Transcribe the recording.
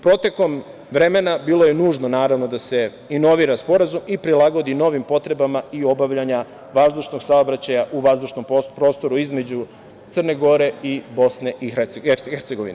Protokom vremena bilo nužno, naravno, da se inovira sporazum i prilagodi novim potrebama i obavljanja vazdušnog saobraćaja u vazdušnom prostoru između Crne Gore i BiH.